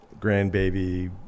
grandbaby